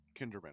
Kinderman